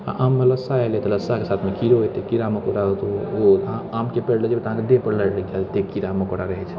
आ आममे लस्सा एलै तऽ लस्साके साथमे कीड़ो एते कीड़ा मकोड़ा ओ अहाँ आमके पेड़ लग जेबै तऽ देह पर लागि जायत एते कीड़ा मकोड़ा रहैत छै